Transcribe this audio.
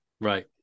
Right